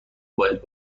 باید